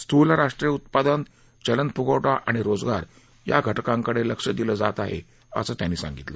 स्थूल राष्ट्रीय उत्पादन चलन फुगवटा आणि रोजगार या घटकांकडे लक्ष दिलं जात आहे असं त्यांनी सांगितलं